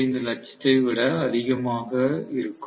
25 லட்சத்தை விட அதிகமாக இருக்கும்